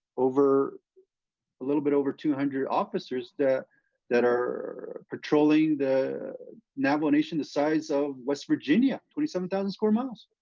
over a little bit over two hundred officers, that that are patrolling the navajo nation, the size of west virginia, twenty seven thousand square miles.